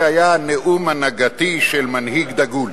זה היה נאום הנהגתי של מנהיג דגול.